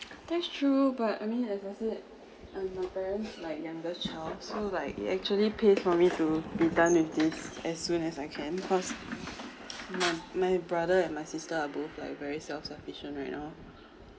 that's true but I mean as I said I'm my parents like youngest child so like it actually pays for me to be done with this as soon as I can cause my my brother and my sister are both like very self sufficient right now